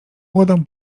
młodą